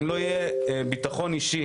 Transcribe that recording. כי ביטחון אישי